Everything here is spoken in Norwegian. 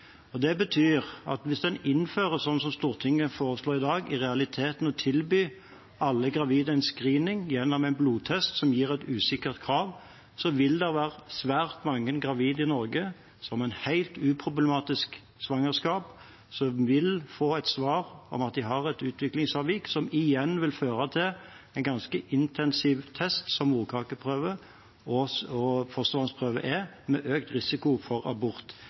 Det betyr at hvis en innfører det som Stortinget foreslår i dag – i realiteten å tilby alle gravide en screening gjennom en blodtest som gir et usikkert svar – vil det være svært mange gravide i Norge som med helt uproblematisk svangerskap vil få et svar om at fosteret har et utviklingsavvik, som igjen vil føre til en ganske intensiv test, som morkakeprøve og fostervannsprøve er, med økt risiko for abort.